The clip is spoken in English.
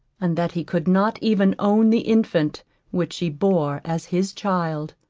and that he could not even own the infant which she bore as his child?